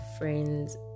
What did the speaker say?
friends